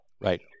Right